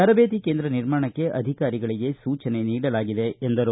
ತರಬೇತಿ ಕೇಂದ್ರ ನಿರ್ಮಾಣಕ್ಕೆ ಅಧಿಕಾರಿಗಳಿಗೆ ಸೂಚನೆ ನೀಡಲಾಗಿದೆ ಎಂದರು